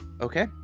Okay